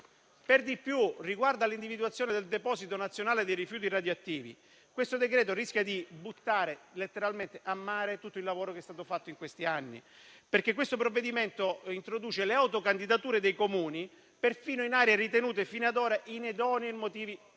Per di più, riguardo all'individuazione del deposito nazionale dei rifiuti radioattivi, il provvedimento rischia di buttare letteralmente a mare tutto il lavoro che è stato fatto in questi anni, perché introduce le autocandidature dei Comuni perfino in aree ritenute fino ad ora inidonee per motivi